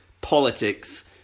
politics